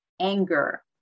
anger